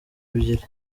ebyiri